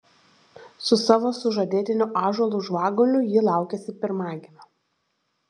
su savo sužadėtiniu ąžuolu žvaguliu ji laukiasi pirmagimio